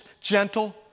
gentle